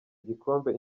gikombe